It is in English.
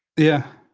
yeah.